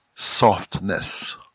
softness